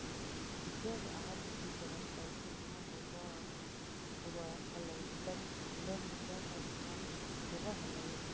जब आज की तरह पैसे न होवअ हलइ तब द्रव्य मुद्रा का इस्तेमाल होवअ हई